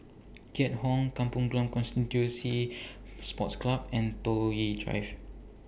Keat Hong Kampong Glam Constituency Sports Club and Toh Yi Drive